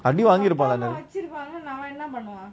அடிவாங்கி இருப்பான்ல:adivangi irupanla